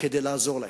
כדי שתעזור להם.